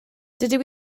dydw